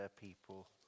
people